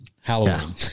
Halloween